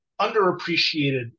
underappreciated